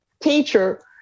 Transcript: teacher